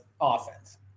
offense